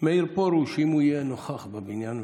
אם הוא יהיה נוכח בבניין,